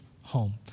home